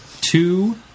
two